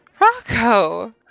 Rocco